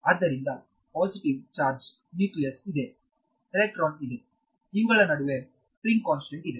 ಆದ್ದರಿಂದ positive charge nucleus ಇದೆ electron ಇದೆಇವುಗಳ ನಡುವೆ ಸ್ಪ್ರಿಂಗ್ ಕಾನ್ಸ್ಟೆಂಟ್ ಇದೆ